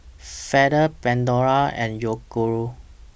Feather Pandora and Yoguru